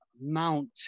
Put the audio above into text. mount